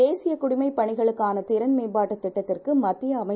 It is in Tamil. தேசியகுடிமைப்பணிகளுக்கானதிறன்மேம்பாட்டுதிட்டத்திற்குமத்தியஅமைச்